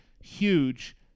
huge